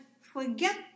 forget